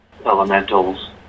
Elementals